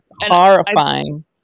horrifying